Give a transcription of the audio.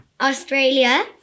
Australia